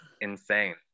insane